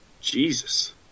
Jesus